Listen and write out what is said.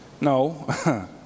No